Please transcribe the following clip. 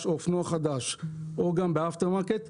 או אופנוע חדש או גם בafter market-,